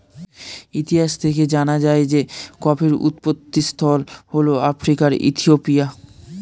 ইতিহাস থেকে জানা যায় যে কফির উৎপত্তিস্থল হল আফ্রিকার ইথিওপিয়া